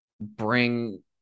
bring